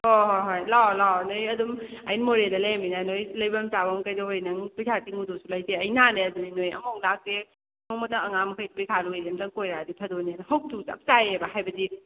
ꯍꯣꯏ ꯍꯣꯏ ꯍꯣꯏ ꯂꯥꯛꯑꯣ ꯂꯥꯛꯑꯣ ꯅꯣꯏ ꯑꯗꯨꯝ ꯑꯩꯅ ꯃꯣꯔꯦꯗ ꯂꯩꯔꯕꯅꯤꯅ ꯅꯣꯏ ꯂꯩꯐꯝ ꯆꯥꯐꯝ ꯀꯩꯗꯧꯕꯩ ꯅꯪ ꯄꯩꯁꯥ ꯇꯤꯡꯉꯨꯗꯧꯁꯨ ꯂꯩꯇꯦ ꯑꯩ ꯅꯍꯥꯟꯗꯩ ꯍꯥꯏꯕꯅꯤ ꯅꯣꯏ ꯑꯃꯨꯛꯐꯧ ꯂꯥꯛꯇꯦ ꯅꯣꯡꯃꯇ ꯑꯉꯥꯡ ꯃꯈꯩ ꯄꯩꯈꯥ ꯂꯣꯏꯔꯒ ꯑꯝꯇꯪ ꯀꯣꯏꯔꯛꯑꯗꯤ ꯐꯗꯧꯅꯦꯅ ꯍꯧꯖꯤꯛꯁꯨ ꯆꯞ ꯆꯥꯏꯌꯦꯕ ꯍꯥꯏꯕꯗꯤ